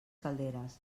calderes